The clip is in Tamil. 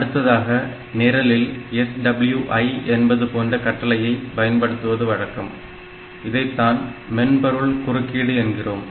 அடுத்ததாக நிரலில் SWI என்பது போன்ற கட்டளைகளையை பயன்படுத்துவது வழக்கம் இதைத்தான் மென்பொருள் குறுக்கீடு என்கிறோம்